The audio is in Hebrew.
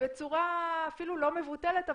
בצורה אפילו לא מבוטלת.